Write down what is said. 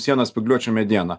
sieną spygliuočių mediena